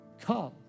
come